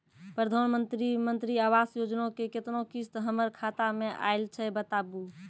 प्रधानमंत्री मंत्री आवास योजना के केतना किस्त हमर खाता मे आयल छै बताबू?